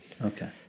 Okay